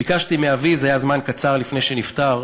ביקשתי מאבי, זה היה זמן קצר לפני שנפטר,